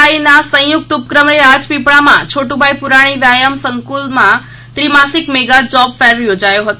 I ના સંયુકત ઉપક્રમે રાજપીપળામાં છોટુભાઇ પુરાણી વ્યાયામ સંકુલમાં ત્રિમાસિક મેગા જોબ ફેર યોજાયો હતો